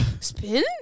spin